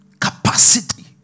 Capacity